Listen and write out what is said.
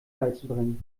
beizubringen